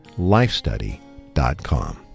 lifestudy.com